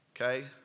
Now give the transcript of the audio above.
Okay